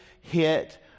hit